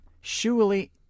Surely